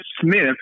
Smith